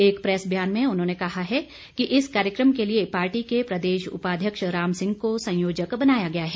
एक प्रैस बयान में उन्होंने कहा है कि इस कार्यक्रम के लिए पार्टी के प्रदेश उपाध्यक्ष रामसिंह को संयोजक बनाया गया है